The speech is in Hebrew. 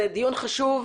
זה דיון חשוב,